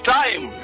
time